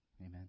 Amen